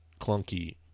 clunky